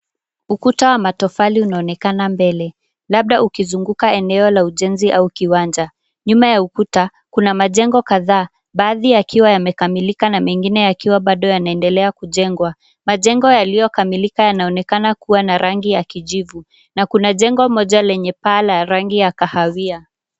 Ukuta wa matofali unaonekana mbele, labda ukizunguka eneo la ujenzi au kiwanja. Nyuma ya ukuta kuna majengo kadhaa, baadhi yakiwa yamekamilika na mengine yakiwa bado yanaendelea kujengwa. Majengo yaliyokamilika yanaonekana kuwa na rangi ya kijivu, na kuna jengo moja lenye paa la rangi ya kahawia.